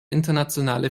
internationale